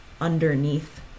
underneath